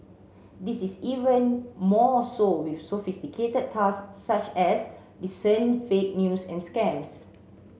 this is even more so with sophisticated tasks such as discerning fake news and scams